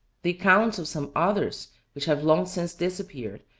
the accounts of some others which have long since disappeared,